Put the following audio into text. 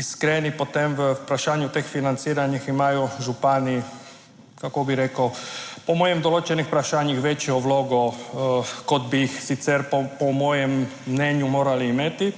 iskreni, potem v vprašanju teh financiranj imajo župani, kako bi rekel, po mojem v določenih vprašanjih večjo vlogo kot bi jih sicer po mojem mnenju morali imeti.